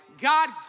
God